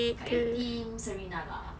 kak rating serena lah